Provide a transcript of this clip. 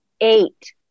eight